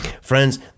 friends